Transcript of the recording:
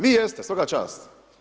Vi jeste, svaka čast.